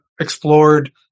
explored